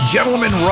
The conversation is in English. Gentlemen